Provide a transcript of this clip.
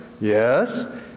Yes